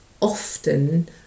often